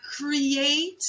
create